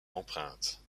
empreinte